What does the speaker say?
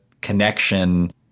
connection